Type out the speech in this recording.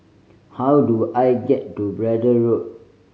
how do I get to Braddell Road